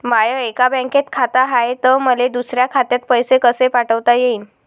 माय एका बँकेत खात हाय, त मले दुसऱ्या खात्यात पैसे कसे पाठवता येईन?